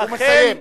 הוא מסיים.